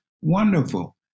wonderful